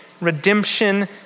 redemption